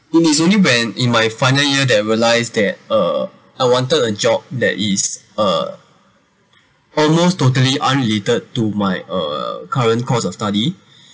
it was only when in my final year that I realised that uh I wanted a job that is uh almost totally unrelated to my uh current course of study